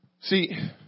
See